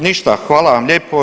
Ništa, hvala vam lijepo.